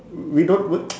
we don't w~